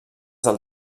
del